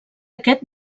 aquest